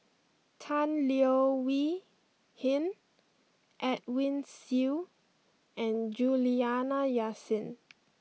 Tan Leo Wee Hin Edwin Siew and Juliana Yasin